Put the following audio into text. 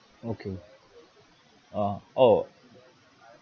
okay uh oh